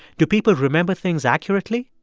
do people remember things accurately?